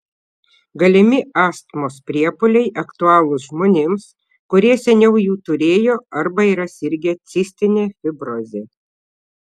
galimi astmos priepuoliai aktualūs žmonėms kurie seniau jų turėjo arba yra sirgę cistine fibroze